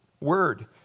word